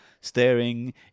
Staring